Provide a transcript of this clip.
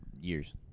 Years